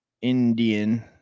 Indian